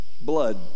blood